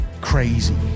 Crazy